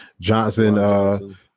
Johnson